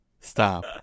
Stop